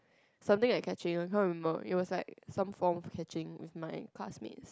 something like catching I can't remember it was like some form of catching with my classmates